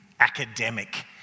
Academic